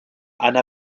anna